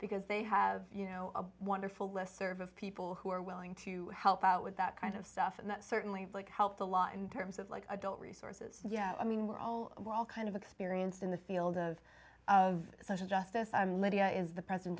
because they have you know a wonderful list serv of people who are willing to help out with that kind of stuff and that certainly helps a lot in terms of like i don't resources yeah i mean we're all we're all kind of experienced in the field of of social justice i'm lydia is the president